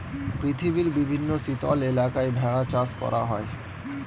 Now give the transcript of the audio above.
পৃথিবীর বিভিন্ন শীতল এলাকায় ভেড়া চাষ করা হয়